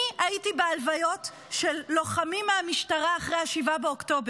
אני הייתי בהלוויות של לוחמים מהמשטרה אחרי 7 באוקטובר,